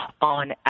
on